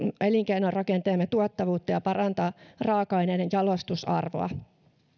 elinkeinorakenteemme tuottavuutta ja parantaa raaka aineiden jalostusarvoa